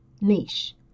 niche